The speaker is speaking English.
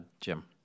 Jim